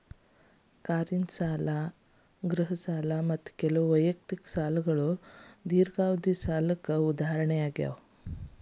car ಸಾಲ ಗೃಹ ಸಾಲ ಮತ್ತ ಕೆಲವು ವೈಯಕ್ತಿಕ ಸಾಲಗಳು ದೇರ್ಘಾವಧಿಯ ಸಾಲಗಳ ಉದಾಹರಣೆಗಳಾಗ್ಯಾವ